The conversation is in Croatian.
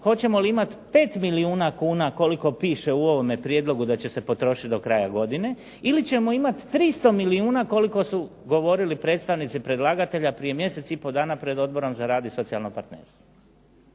Hoćemo li imati 5 milijuna kuna koliko piše u ovome prijedlogu da će se potrošiti do kraja godine ili ćemo imati 300 milijuna koliko su govorili predstavnici predlagatelja prije mjesec i pol dana pred Odborom za rad i socijalno partnerstvo.